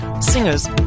singers